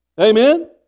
amen